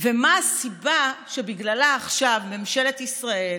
ומה הסיבה שבגללה עכשיו ממשלת ישראל,